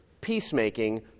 Peacemaking